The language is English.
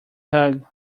hug